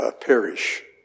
perish